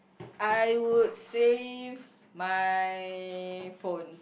I would save my phone